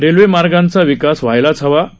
railway मार्गांचा विकास व्हायलाच पाहिजे